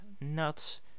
nuts